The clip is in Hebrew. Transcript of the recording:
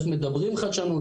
איך מדברים חדשנות,